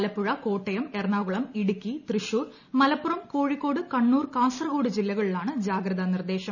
ആലപ്പുഴ കോട്ടയം എറണാകുളം ഇടുക്കി തൃശൂർ മലപ്പുറം കോഴിക്കോട് കണ്ണൂർ കാസർകോട് ജില്ലകളിലാണ് ജാഗ്രതാ നിർദേശം